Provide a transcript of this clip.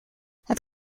het